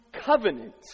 covenant